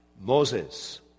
Moses